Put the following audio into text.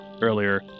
earlier